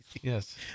Yes